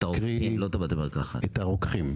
את הרוקחים.